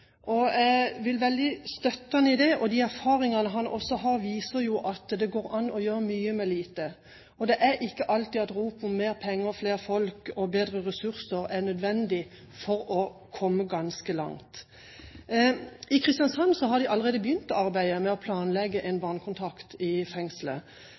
og jeg støtter ham på det. Erfaringene han viser til, viser at det går an å gjøre mye med lite. Det er ikke alltid at rop om mer penger, flere folk og bedre ressurser er nødvendig for å komme ganske langt. I Kristiansand har de allerede begynt arbeidet med å planlegge en